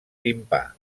timpà